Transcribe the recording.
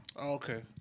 Okay